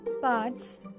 Parts